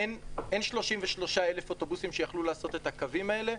אין 33,000 אוטובוסים שיכלו לעשות את הקווים האלה,